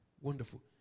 Wonderful